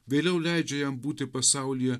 vėliau leidžia jam būti pasaulyje